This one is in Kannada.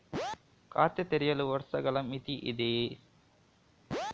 ಖಾತೆ ತೆರೆಯಲು ವರ್ಷಗಳ ಮಿತಿ ಇದೆಯೇ?